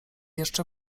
jeszcze